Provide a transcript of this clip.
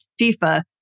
FIFA